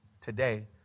today